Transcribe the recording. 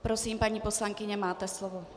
Prosím, paní poslankyně, máte slovo.